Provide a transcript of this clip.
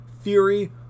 Fury